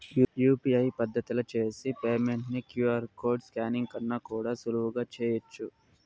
UPI పద్దతిల చేసి payment ని క్యూ.ఆర్ కోడ్ స్కానింగ్ కన్నా కూడా సులువుగా చేయచ్చు